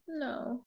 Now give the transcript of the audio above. No